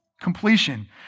Completion